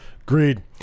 Agreed